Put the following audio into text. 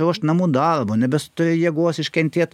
ruošt namų darbo nebestoja jėgos iškentėt